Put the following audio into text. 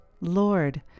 Lord